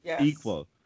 equal